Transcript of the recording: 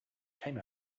came